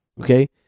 Okay